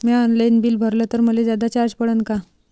म्या online bill भरलं तर मले जादा चार्ज पडन का?